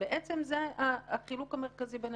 מכיוון שאני לא רואה הבדל רב או מהותי בין